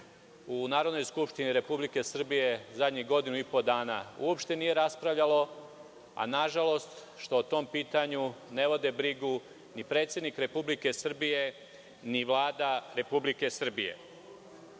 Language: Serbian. u Narodnoj skupštini Republike Srbije zadnjih godinu i po dana uopšte nije raspravljalo, a i zbog toga što, nažalost, o tom pitanju ne vode brigu ni predsednik Republike Srbije, ni Vlada Republike Srbije. Povod